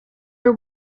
are